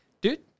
dude